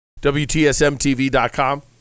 WTSMTV.com